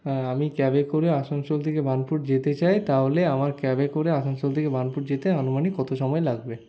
হ্যাঁ আমি ক্যাবে করে আসানসোল থেকে বার্ণপুর যেতে চাই তাহলে আমার ক্যাবে করে আসানসোল থেকে বার্ণপুর যেতে আনুমানিক কত সময় লাগবে